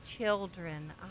children